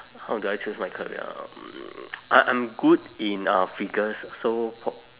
how do I choose my career ah mm I I'm good in uh figures so